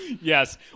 Yes